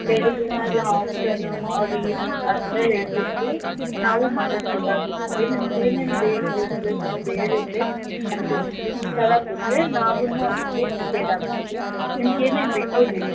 ಬೆಳಿಗ್ಗೆನಾ ಇಲ್ಲ afternoon or evening ಆಥರ ಹೇಳ್ಬಿಟ್ರೆ ನಾವು ಮಾಡೋಕೆ ಇದಾಗಿರುತ್ತೆ ನಿಮ್ಗೆ ಏನೇನು ಬೇಕು ಪ್ಲಸ್ ನೀವು ಹೇಳುದ್ರೆ ನಮಗೆ ಒಂದು ಲಿಸ್ಟ್ ಥರ ಕೊಟ್ಟರೆ ನಾವು ಅದಕ್ಕೆ ಪ್ರಿಪೇರ್ ಆಗ್ತೀವಿ ನಿಮ್ಗೆ ಏನೇನು ಬೇಕು ಹೇಳಿ